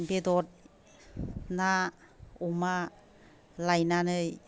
बेदर ना अमा लाबोनानै